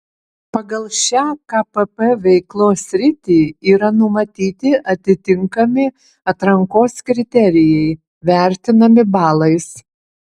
pagal šią kpp veiklos sritį yra numatyti atitinkami atrankos kriterijai vertinami balais